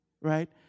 right